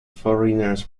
foreigners